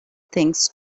things